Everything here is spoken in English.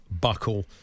Buckle